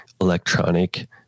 electronic